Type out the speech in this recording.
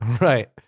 right